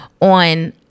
on